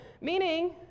meaning